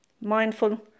mindful